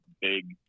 big